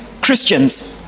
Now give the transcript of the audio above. Christians